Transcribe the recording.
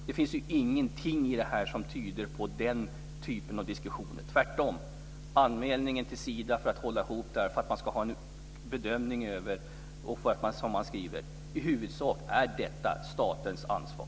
Det finns ju ingenting i det här som tyder på den typen av diskussioner, tvärtom. Tänk på anmälningen till Sida för att hålla ihop det här för att få en bedömning av det. Man skriver: I huvudsak är detta statens ansvar.